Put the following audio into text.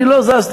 אני לא זזתי,